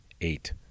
eight